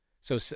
So-